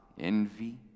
envy